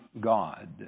God